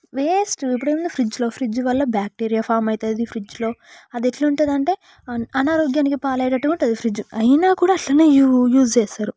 waste ఇప్పుడు ఉంది ఫ్రిడ్జ్లో ఫ్రిడ్జ్ వల్ల బ్యాక్టీరియా ఫామ్ అవుతుంది ఫ్రిడ్జ్లో అది ఎట్లా ఉంటుంది అంటే అన్ అనారోగ్యానికి పాలయ్యేటట్టుగా ఉంటుంది ఫ్రిడ్జ్ అయినా కూడా అట్లనే యూ యూస్ చేస్తారు